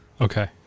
Okay